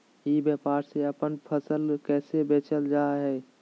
ई व्यापार से अपन फसल कैसे बेचल जा हाय?